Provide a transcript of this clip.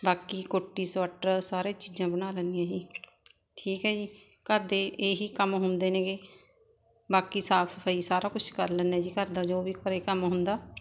ਬਾਕੀ ਕੋਟੀ ਸਵਾਟਰ ਸਾਰੇ ਚੀਜ਼ਾਂ ਬਣਾ ਲੈਂਦੀ ਹਾਂ ਜੀ ਠੀਕ ਹੈ ਜੀ ਘਰ ਦੇ ਇਹੀ ਕੰਮ ਹੁੰਦੇ ਨੇਗੇ ਬਾਕੀ ਸਾਫ ਸਫਾਈ ਸਾਰਾ ਕੁਛ ਕਰ ਲੈਂਦੇ ਜੀ ਘਰ ਦਾ ਜੋ ਵੀ ਘਰ ਕੰਮ ਹੁੰਦਾ